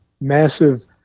massive